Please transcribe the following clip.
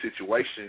situation